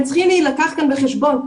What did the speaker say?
הם צריכים להילקח כאן בחשבון.